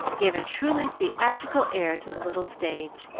gave a truly theatrical air to the little stage.